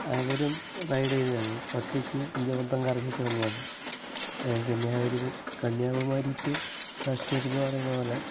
അവരും റൈഡ് ചെയ്തെയാണ് ഒറ്റക്ക് ഇന്ത്യ മൊത്തം കറങ്ങിയിട്ട് വന്നായാണ് പിന്നെ അവർ കന്യാകുമാരീ ടു കാശ്മീർ എന്ന് പറയുന്ന പോലെ